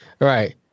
Right